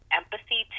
empathy